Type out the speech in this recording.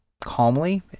calmly